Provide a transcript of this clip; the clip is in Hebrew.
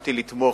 הסכמתי לתמוך,